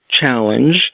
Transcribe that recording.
challenge